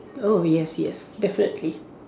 oh yes yes definitely